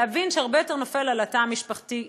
להבין שהרבה יותר נופל על התא המשפחתי המצומצם,